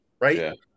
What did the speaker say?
right